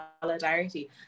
solidarity